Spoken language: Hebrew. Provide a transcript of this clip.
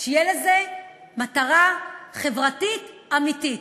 שתהיה לזה מטרה חברתית אמיתית.